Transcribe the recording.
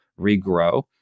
regrow